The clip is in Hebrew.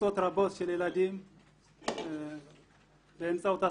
קבוצות רבות של ילדים באמצעות הספורט.